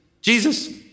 Jesus